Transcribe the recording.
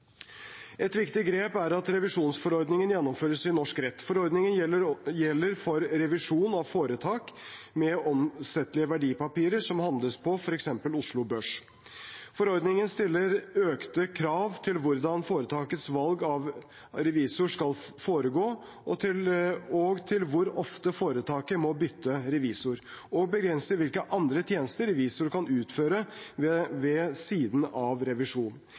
Et viktig grep er at revisjonsforordningen gjennomføres i norsk rett. Forordningen gjelder for revisjon av foretak med omsettelige verdipapirer som handles på f.eks. Oslo Børs. Forordningen stiller økte krav til hvordan foretakets valg av revisor skal foregå, og til hvor ofte foretaket må bytte revisor, og begrenser hvilke andre tjenester revisor kan utføre ved siden av